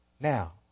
Now